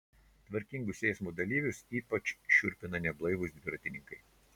tvarkingus eismo dalyvius ypač šiurpina neblaivūs dviratininkai